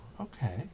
okay